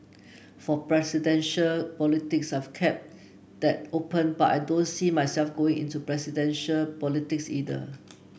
for presidential politics I've kept that open but I don't see myself going into presidential politics either